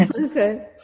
okay